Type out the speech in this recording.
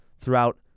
throughout